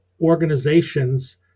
organizations